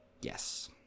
Yes